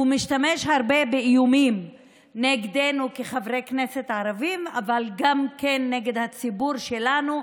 הוא משתמש הרבה באיומים נגדנו כחברי כנסת ערבים אבל גם נגד הציבור שלנו,